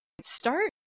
start